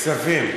כספים.